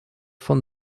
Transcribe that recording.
von